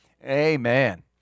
Amen